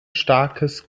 starkes